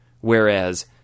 Whereas